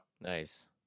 Nice